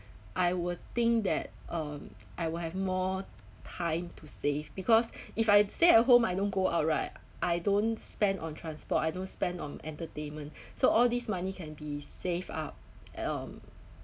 I will think that um I will have more time to save if because if I stay at home I don't go out right I don't spend on transport I don't spend on entertainment so all these money can be saved up um